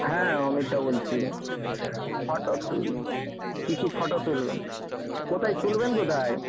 হ্যাঁ অমিতদা বলছি ফটো কিছু ফটো তুলবেন কোথায় তুলবেন কোথায়